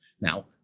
Now